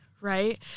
right